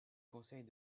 conseille